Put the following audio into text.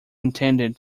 intended